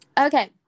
Okay